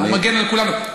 הוא מגן על כולנו.